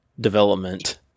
development